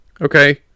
Okay